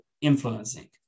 influencing